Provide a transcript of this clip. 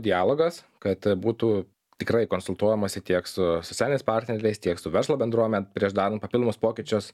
dialogas kad būtų tikrai konsultuoimasi tiek su socialiniais partneliais tiek su verslo bendruome prieš daran papildomus pokyčius